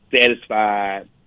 satisfied